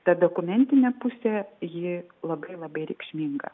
ta dokumentinė pusė ji labai labai reikšminga